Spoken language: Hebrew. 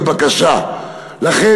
בבקשה לכם,